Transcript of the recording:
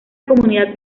comunidad